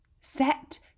Set